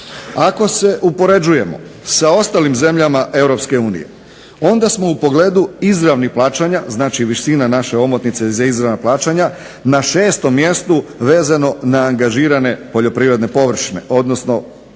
Ako se uspoređujemo sa ostalim zemljama EU onda smo u pogledu izravnih plaćanja, znači visina naše omotnice za izravna plaćanja na 6. mjestu vezano na angažiranje poljoprivredne površine odnosno poljoprivredno